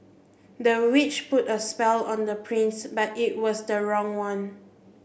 the witch put a spell on the prince but it was the wrong one